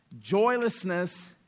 Joylessness